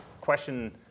question